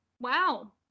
wow